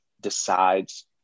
decides